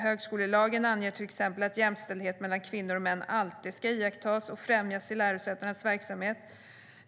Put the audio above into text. Högskolelagen anger till exempel att jämställdhet mellan kvinnor och män alltid ska iakttas och främjas i lärosätenas verksamhet.